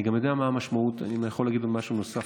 אם אני יכול להגיד משהו נוסף,